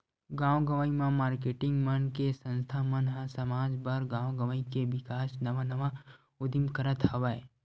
गाँव गंवई म मारकेटिंग मन के संस्था मन ह समाज बर, गाँव गवई के बिकास नवा नवा उदीम करत हवय